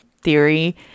theory